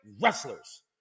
wrestlers